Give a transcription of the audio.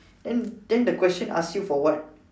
then then the question ask you for what